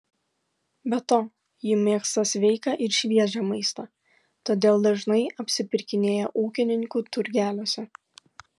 be to ji mėgsta sveiką ir šviežią maistą todėl dažnai apsipirkinėja ūkininkų turgeliuose